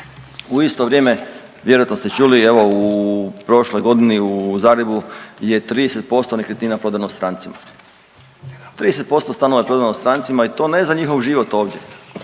U isto vrijeme, vjerojatno ste čuli, evo u prošloj godini u Zagrebu je 30% nekretnina prodano strancima, 30% stanova je prodano strancima i to ne za njihov život ovdje